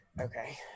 Okay